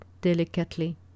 delicately